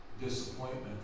disappointment